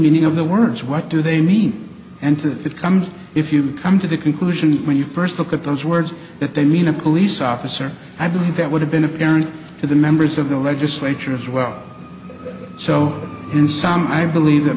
meaning of the words what do they mean and if it comes if you come to the conclusion when you first look at those words that they mean a police officer i believe that would have been apparent to the members of the legislature as well so in some i believe that